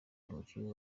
umukinnyi